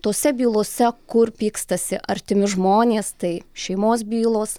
tose bylose kur pykstasi artimi žmonės tai šeimos bylos